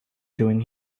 doing